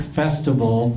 festival